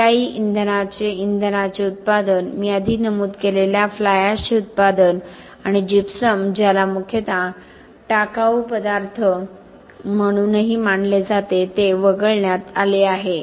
पर्यायी इंधनाचे उत्पादन मी आधी नमूद केलेल्या फ्लाय एशचे उत्पादन आणि जिप्सम ज्याला मुख्यतः टाकाऊ पदार्थ म्हणूनही मानले जाते ते वगळण्यात आले आहे